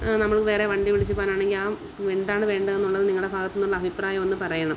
നമുക്ക് വേറെ വണ്ടി വിളിച്ച് പോകാനാണെങ്കിൽ ആ എന്താണ് വേണ്ടതെന്നുള്ളത് നിങ്ങളുടെ ഭാഗത്ത് നിന്നുള്ള അഭിപ്രായം ഒന്ന് പറയണം